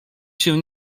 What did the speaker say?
się